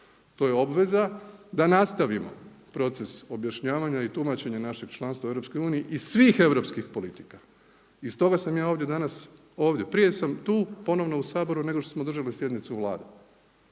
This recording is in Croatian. To je obveza da nastavimo proces objašnjavanja i tumačenja našeg članstva u EU i svih europskih politika. I stoga sam ja danas ovdje, prije sam tu ponovno u Saboru nego što smo održali sjednicu Vlade.